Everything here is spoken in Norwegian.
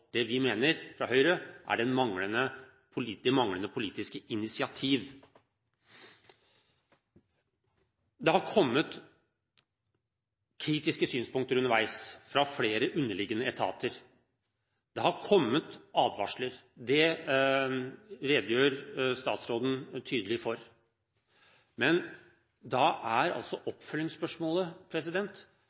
det vi i Høyre mener er det manglende politiske initiativ. Det har kommet kritiske synspunkter underveis fra flere underliggende etater. Det har kommet advarsler. Det redegjør statsråden tydelig for. Men da er oppfølgingsspørsmålet: